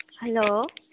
hello